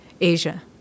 Asia